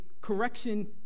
correction